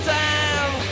time